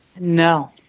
No